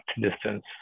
distance